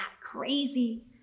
crazy